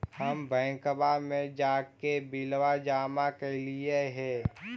हम बैंकवा मे जाके बिलवा जमा कैलिऐ हे?